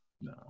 No